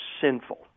sinful